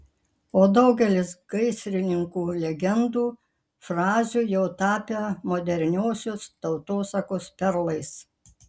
o daugelis gaisrininkų legendų frazių jau tapę moderniosios tautosakos perlais